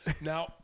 Now